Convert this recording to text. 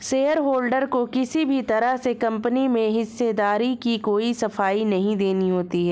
shareholder को किसी भी तरह से कम्पनी में हिस्सेदारी की कोई सफाई नहीं देनी होती है